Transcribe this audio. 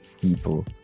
people